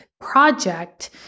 project